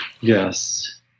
Yes